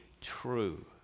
true